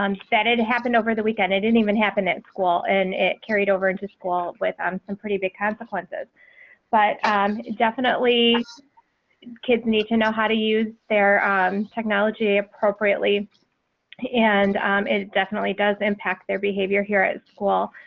um said it happened over the weekend. it didn't even happen at school and it carried over into squat with um some pretty big consequences but definitely kids need to know how to use their um technology appropriately and um it definitely does impact their behavior here as well.